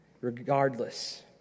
Regardless